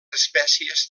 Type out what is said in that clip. espècies